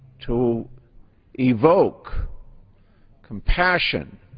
to evoke compassion.